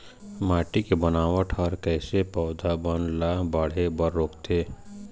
माटी के बनावट हर कइसे पौधा बन ला बाढ़े बर रोकथे?